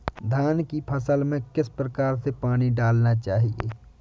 धान की फसल में किस प्रकार से पानी डालना चाहिए?